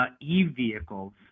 e-vehicles